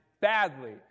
badly